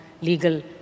legal